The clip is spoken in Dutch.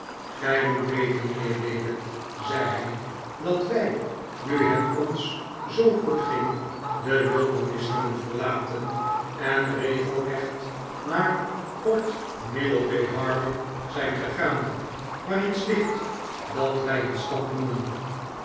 gij moet weten mijnheer david zei hij dat wij nu het ons zoo goed ging de wildernis hebben verlaten en regelrecht naar port middlebay harbour zijn gegaan waar iets ligt dat w ij een stad noemen